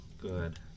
good